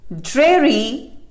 dreary